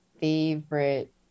favorite